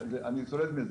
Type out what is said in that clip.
אני סולד מזה.